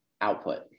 output